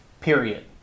period